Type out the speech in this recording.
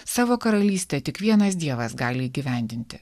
savo karalystę tik vienas dievas gali įgyvendinti